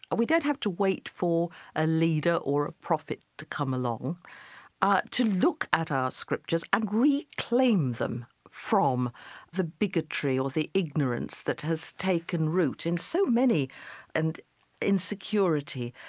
we don't have to wait for a leader or a prophet to come along ah to look at our scriptures and reclaim them from the bigotry or the ignorance that has taken root in so many and insecurity,